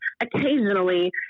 occasionally